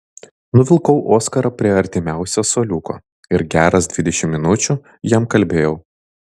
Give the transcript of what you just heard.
nuvilkau oskarą prie artimiausio suoliuko ir geras dvidešimt minučių jam kalbėjau